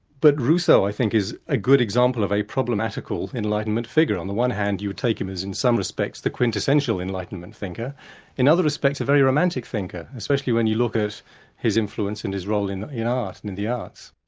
but rousseau i think is a good example of a problematical enlightenment figure. on the one hand you take him as in some respects the quintessential enlightenment thinker in other respects a very romantic thinker, especially when you look at his influence and his role in in art and the arts.